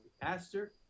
Pastor